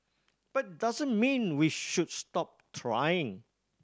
but doesn't mean we should stop trying